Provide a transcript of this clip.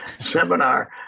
seminar